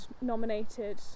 nominated